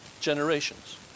generations